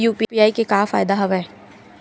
UPI के का फ़ायदा हवय?